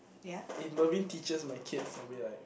if Mervin teaches my kids I'll be like